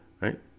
right